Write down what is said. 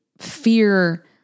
fear